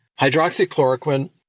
hydroxychloroquine